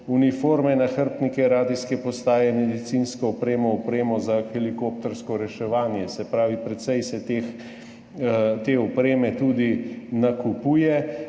uniform, nahrbtnikov, radijskih postaj, medicinske opreme, opreme za helikoptersko reševanje, se pravi, precej se te opreme tudi nakupuje.